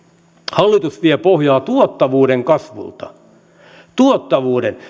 hallitus vie pohjaa tuottavuuden kasvulta tuottavuuden